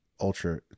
ultra